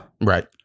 Right